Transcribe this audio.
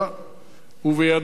ובידיו כתב.